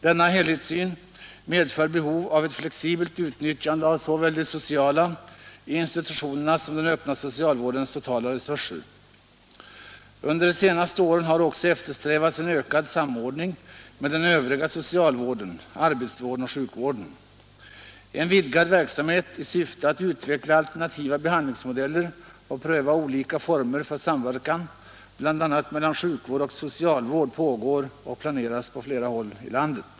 Denna helhetssyn medför behov av ett flexibelt utnyttjande av såväl de sociala institutionernas som den öppna socialvårdens totala resurser. Under de senaste åren har också eftersträvats en ökad samordning med den övriga socialvården, arbetsvården och sjukvården. En vidgad verksamhet i syfte att utveckla alternativa behandlingsmodeller och pröva olika former för samverkan, bl.a. mellan sjukvård och socialvård, pågår och planeras på flera håll i landet.